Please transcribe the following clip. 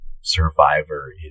survivor